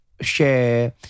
Share